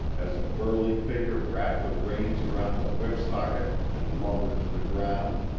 as a burly figure wrapped the reins around the whip socket and lumbered to the ground.